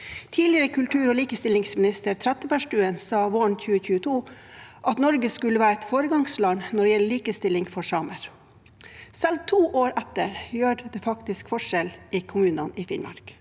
Tidligere kultur- og likestillingsminister Trettebergstuen sa våren 2022 at Norge skulle være et foregangsland når det gjelder likestilling for samer. Selv to år etter gjør det faktisk en forskjell i kommunene i Finnmark.